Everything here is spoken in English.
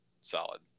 solid